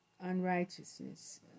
unrighteousness